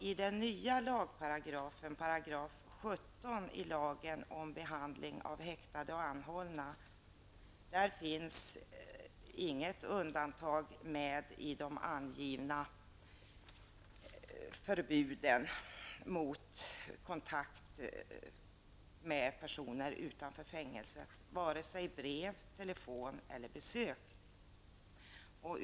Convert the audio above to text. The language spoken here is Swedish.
I den nya lagparagrafen, § 17, i lagen om behandling av häktade och anhållna finns inget undantag från de angivna förbuden mot kontakt med personer utanför fängelset oavsett om det är fråga om brev, telefonsamtal eller besök.